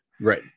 Right